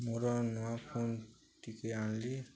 ମୋର ନୂଆ ଫୋନ ଟିକେ ଆଣିଲି